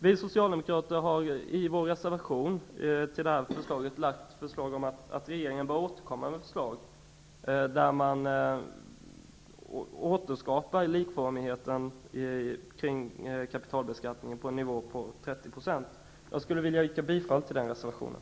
Vi socialdemokrater har i vår reservation begärt att regeringen skall återkomma med förslag där man återskapar likformigheten i kapitalbeskattningen på nivån 30 %. Jag yrkar bifall till den reservationen.